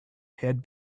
had